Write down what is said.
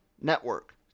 network